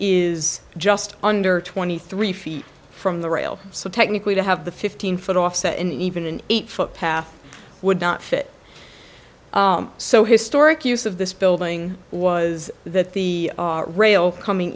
is just under twenty three feet from the rail so technically to have the fifteen foot offset in even an eight foot path would not fit so historic use of this building was that the rail coming